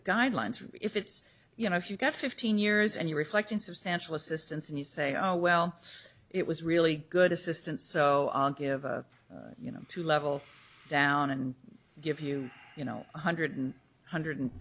guidelines if it's you know if you've got fifteen years and you reflect in substantial assistance and you say oh well it was really good assistance so i'll give you know two levels down and give you you know one hundred one hundred